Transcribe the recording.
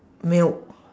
milk